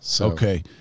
Okay